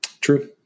True